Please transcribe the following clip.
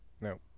no